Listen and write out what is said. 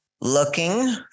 looking